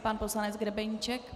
Pan poslanec Grebeníček.